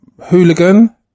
Hooligan